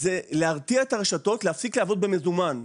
זה להרתיע את הרשתות להפסיק לעבוד במזומן,